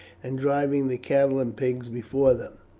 and driving the cattle and pigs before them.